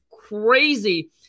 crazy